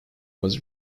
was